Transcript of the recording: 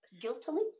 guiltily